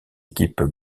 équipes